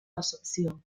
recepció